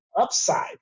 upside